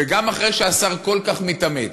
וגם אחרי שהשר כל כך מתאמץ,